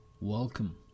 welcome